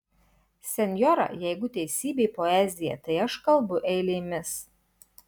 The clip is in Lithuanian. senjora jeigu teisybė poezija tai aš kalbu eilėmis